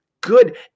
good